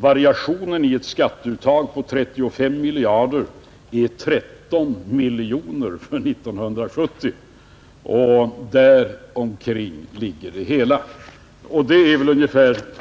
Variationen i ett skatteuttag på 35 miljarder är 13 miljoner för 1970. Det är